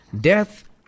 death